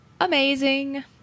amazing